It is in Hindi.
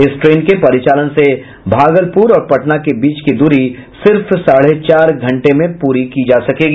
इस ट्रेन के परिचालन से भागलपुर और पटना के बीच की दूरी सिर्फ साढ़े चार घंटे में पूरी की जा सकेगी